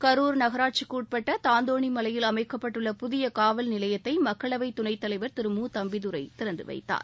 கரூர் நகராட்சிக்குட்பட்ட தாந்தோணி மலையில் அமைக்கப்பட்டுள்ள புதிய காவல் நிலையத்தை மக்களவைத் துணைத்தலைவர் திரு மு தம்பிதுரை திறந்துவைத்தார்